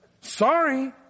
Sorry